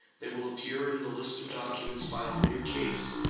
they will appear in the list of documents filed in your case,